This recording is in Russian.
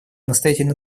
настоятельно